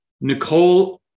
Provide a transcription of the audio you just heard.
Nicole